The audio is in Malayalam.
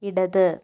ഇടത്